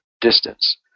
distance